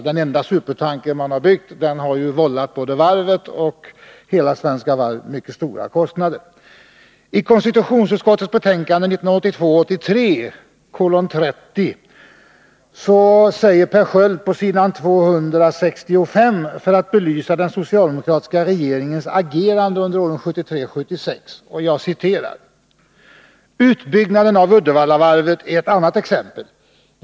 Den enda supertanker man har byggt har ju vållat både varvet och hela Svenska Varv mycket stora förluster. I konstitutionsutskottets betänkande 1982/83:30 säger Per Sköld på s. 265 för att belysa den socialdemokratiska regeringens agerande under åren 1973-1976: ”Utbyggnaden av Uddevallavarvet är ett annat exempel.